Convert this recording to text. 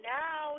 now